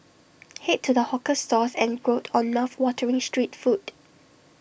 Head to the hawker stalls and gorge on laugh watering street food